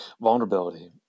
vulnerability